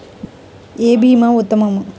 ఏ భీమా ఉత్తమము?